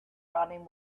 running